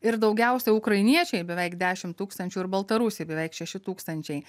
ir daugiausiai ukrainiečiai beveik dešimt tūkstančių ir baltarusiai beveik šeši tūkstančiai